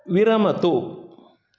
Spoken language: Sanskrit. विरमतु